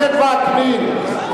הכנסת וקנין,